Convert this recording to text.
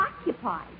occupied